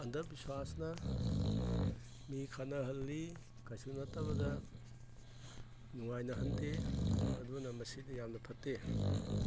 ꯑꯟꯗꯕꯤꯁ꯭ꯋꯥꯁꯅ ꯃꯤ ꯈꯠꯅꯍꯜꯂꯤ ꯀꯩꯁꯨ ꯅꯠꯇꯕꯗ ꯅꯨꯉꯥꯏꯅꯍꯟꯗꯦ ꯑꯗꯨꯅ ꯃꯁꯤꯗꯤ ꯌꯥꯝꯅ ꯐꯠꯇꯦ